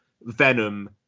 Venom